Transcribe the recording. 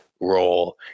role